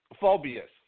phobias